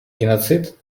геноцид